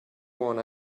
one